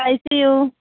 by see you